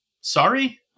sorry